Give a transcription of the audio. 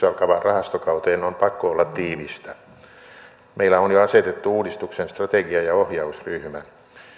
alkavaan rahastokauteen on pakko olla tiivistä meillä on jo asetettu uudistuksen strategia ja ohjausryhmä